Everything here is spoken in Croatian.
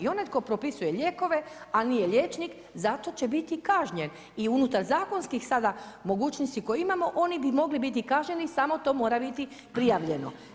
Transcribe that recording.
I onaj tko propisuje lijekove, a nije liječnik zato će biti kažnjen i unutar zakonskih sada mogućnosti koje imamo oni bi mogli biti kažnjeni samo to mora biti prijavljeno.